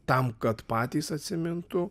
tam kad patys atsimintų